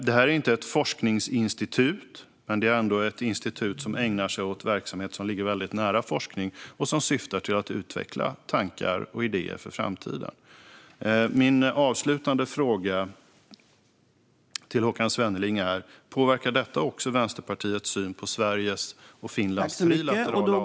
Detta är inget forskningsinstitut, men det är ett institut som ägnar sig åt verksamhet som ligger nära forskning och som syftar till att utveckla tankar och idéer för framtiden. Min fråga till Håkan Svenneling är: Påverkar detta också Vänsterpartiets syn på Sveriges och Finlands trilaterala avtal med USA?